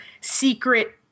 secret